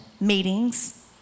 meetings